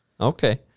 Okay